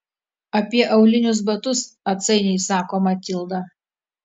apie aulinius batus atsainiai sako matilda